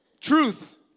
Truth